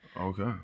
Okay